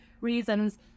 reasons